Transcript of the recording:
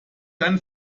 einen